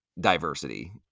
diversity